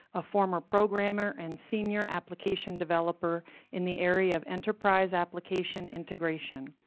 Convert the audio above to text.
a former programmer and senior application developer in the area of enterprise application integration.